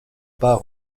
pas